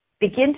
begin